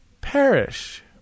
perish